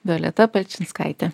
violeta palčinskaitė